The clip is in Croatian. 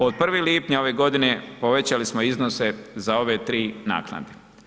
Od 1. lipnja ove godine povećali smo iznose za ove 3 naknade.